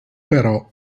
però